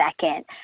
second